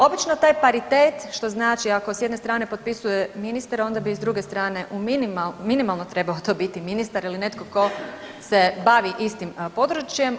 Obično taj paritet što znači ako s jedne strane potpisuje ministar onda bi s druge strane minimalno trebao to biti ministar ili netko tko se bavi istim područjem.